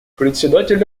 председатель